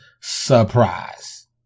surprise